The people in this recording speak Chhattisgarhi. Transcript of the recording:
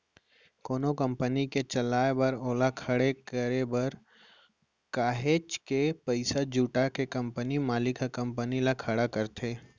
कोनो कंपनी के चलाए बर ओला खड़े करे बर काहेच के पइसा जुटा के कंपनी मालिक ह कंपनी ल खड़ा करथे